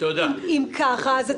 אם ככה,